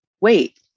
wait